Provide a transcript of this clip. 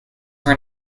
were